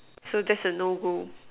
so that's a no go